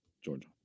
Georgia